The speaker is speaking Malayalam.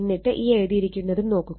എന്നിട്ട് ഈ എഴുതിയിരിക്കുന്നതും നോക്കുക